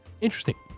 Interesting